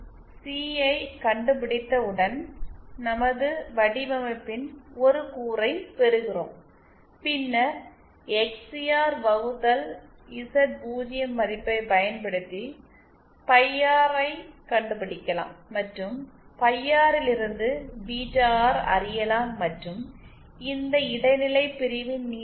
C ஐக் கண்டுபிடித்தவுடன் நமது வடிவமைப்பின் ஒரு கூறை பெறுகிறோம் பின்னர் எக்ஸ்சிஆர் வகுத்தல் இசட்0 மதிப்பைப் பயன்படுத்தி பை ஆர் ஐக் கண்டுபிடிக்கலாம் மற்றும் பை ஆர் இலிருந்து பீட்டா ஆர் அறியலாம் மற்றும் இந்த இடைநிலை பிரிவின் நீளத்தைக் length of this intermediate section